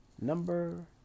Number